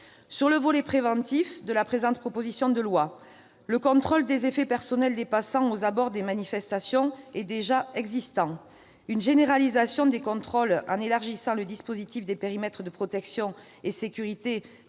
le volet préventif de la proposition de loi, le contrôle des effets personnels des passants aux abords des manifestations est déjà existant. Une généralisation des contrôles, en élargissant le dispositif des périmètres de protection et de sécurité